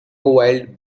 wild